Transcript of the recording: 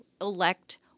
elect